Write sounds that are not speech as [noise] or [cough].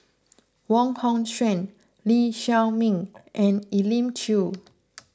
Wong Hong Suen Lee Chiaw Meng and Elim Chew [noise]